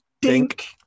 dink